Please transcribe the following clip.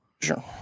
Sure